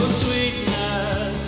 sweetness